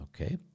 okay